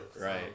Right